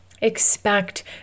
expect